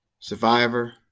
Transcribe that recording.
survivor